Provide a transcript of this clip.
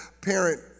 parent